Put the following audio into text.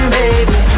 baby